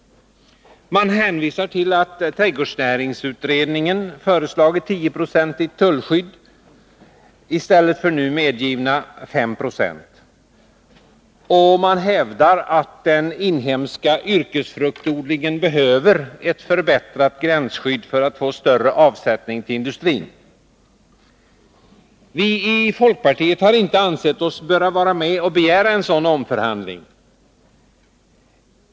Man hänvisar till att trädgårdsnäringsutredningen föreslagit 10 90 tullskydd i stället för nu medgivna 5 26. Och man hävdar att den inhemska yrkesfruktodlingen behöver ett förbättrat gränsskydd för att få större avsättning till industrin. Vi i folkpartiet har inte ansett oss böra vara med om att begära en sådan omförhandling.